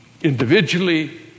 Individually